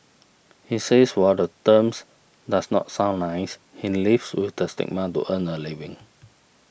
he says while the terms does not sound nice he lives with the stigma to earn a living